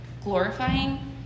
glorifying